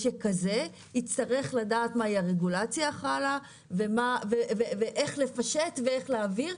והוא יצטרך לדעת מה הרגולציה החלה ואיך לפשט ואיך להעביר.